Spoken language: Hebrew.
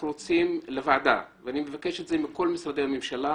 אנחנו רוצים לקבל בוועדה ואני מבקש את זה מכל משרדי הממשלה